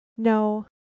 No